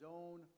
own